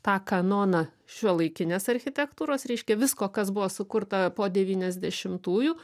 tą kanoną šiuolaikinės architektūros reiškia visko kas buvo sukurta po devyniasdešimtųjų